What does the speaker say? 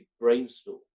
brainstorm